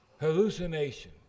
Hallucination